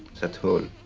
that's all.